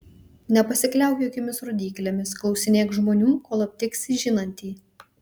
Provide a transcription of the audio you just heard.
nepasikliauk jokiomis rodyklėmis klausinėk žmonių kol aptiksi žinantį